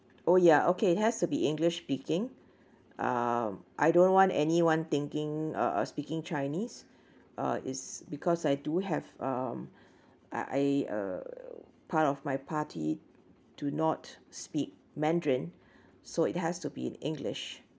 oh ya okay it has to be english speaking uh I don't want anyone thinking uh speaking chinese uh it's because I do have um I I uh part of my party do not speak mandarin so it has to be in english